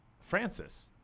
Francis